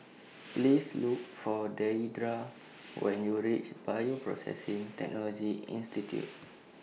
Please Look For Deidra when YOU REACH Bioprocessing Technology Institute